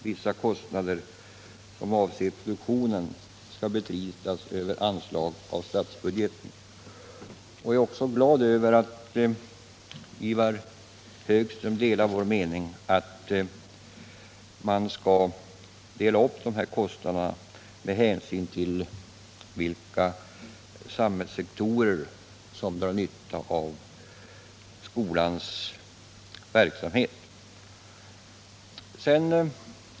Vissa kostnader som avser produktionen skall därför täckas genom anslag på statsbudgeten. Jag är också glad över att Ivar Högström delar vår uppfattning att kostnaderna skall spaltas upp med hänsyn till vilka samhällssektorer som drar nytta av skolans verksamhet.